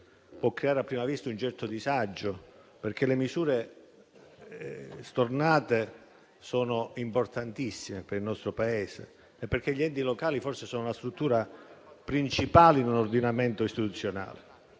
può creare a prima vista un certo disagio, perché le misure stornate sono importantissime per il nostro Paese e perché gli enti locali forse sono la struttura principale in un ordinamento istituzionale,